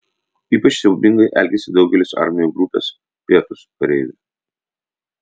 ypač siaubingai elgėsi daugelis armijų grupės pietūs kareivių